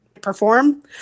perform